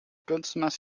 kunstmest